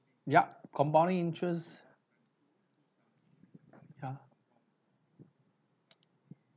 yup compounding interest ya